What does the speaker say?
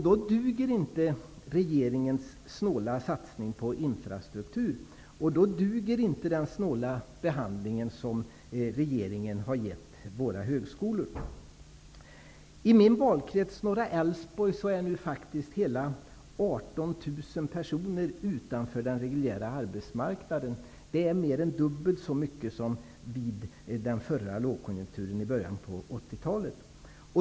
Då duger inte regeringens snåla satsning på infrastruktur, och då duger inte den snåla behandling som regeringen har gett våra högskolor. I min valkrets norra Älvsborg står nu hela 18 000 Det är mer än dubbelt så mycket som vid den förra lågkonjunkturen i början av 80-talet.